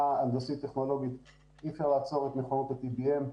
הנדסית וטכנולוגית אי אפשר לעצור את מכונות ה-PDM.